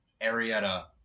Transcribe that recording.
Arietta